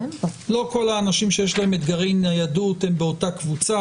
לא כל האנשים שיש להם אתגרי ניידות הם באותה קבוצה.